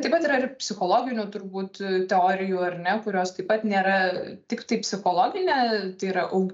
taip pat yra ir psichologinių turbūt teorijų ar ne kurios taip pat nėra tiktai psichologinė tai yra au